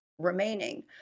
remaining